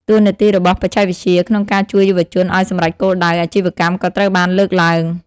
តួនាទីរបស់បច្ចេកវិទ្យា ក្នុងការជួយយុវជនឱ្យសម្រេចគោលដៅអាជីវកម្មក៏ត្រូវបានលើកឡើង។